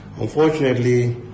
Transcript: Unfortunately